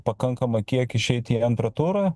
pakankamą kiekį išeiti į antrą turą